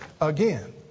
again